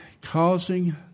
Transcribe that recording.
causing